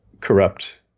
corrupt